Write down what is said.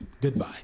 Goodbye